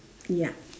ya